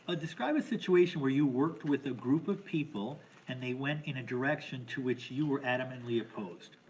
ah describe a situation where you worked with a group of people and they went in a direction to which you were adamantly opposed.